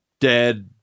dead